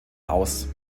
aus